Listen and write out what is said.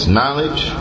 knowledge